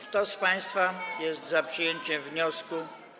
Kto z państwa jest za przyjęciem wniosku.